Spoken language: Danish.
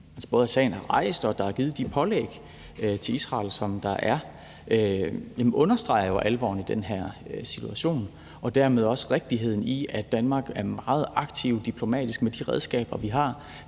rejst, og at der er blevet givet de pålæg til Israel, som der er blevet givet, understreger jo alvoren i den her situation og dermed også rigtigheden i, at Danmark diplomatisk, med de redskaber, vi har